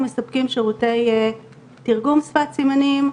אנחנו מספקים שירותי תרגום, שפת סימנים,